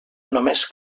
només